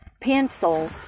pencil